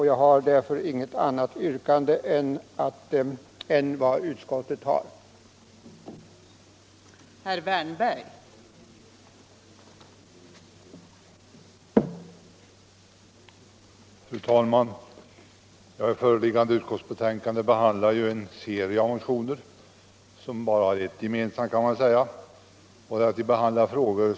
Jag har därför inget annat yrkande än bifall till utskottets hemställan.